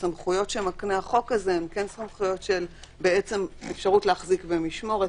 הסמכויות שמקנה החוק הזה הן של אפשרות להחזיק במשמורת,